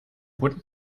guten